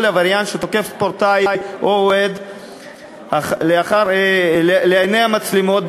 עבריין שתוקף ספורטאי או אוהד אחר לעיני המצלמות,